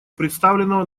представленного